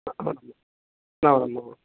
అవునమ్మ